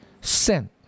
sent